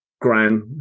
grand